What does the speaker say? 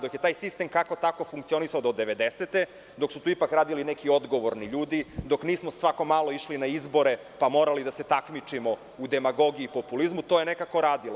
Dok je taj sistem kako-tako funkcionisao do 1990. godine, dok su tu ipak radili neki odgovorni ljudi, dok nismo svako malo išli na izbore, pa morali da se takmičimo u demagogiji i populizmu, to je nekako radilo.